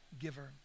giver